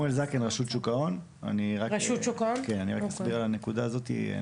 אני אסביר לגבי הנקודה הזאת.